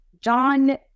John